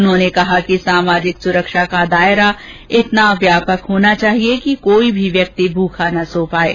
उन्होंने कहा कि सामाजिक सुरक्षा का दायरा इतना व्यापक होना चाहिए कि कोई भी व्यक्ति भूखा न सो पाये